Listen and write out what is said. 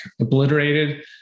obliterated